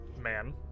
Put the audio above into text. man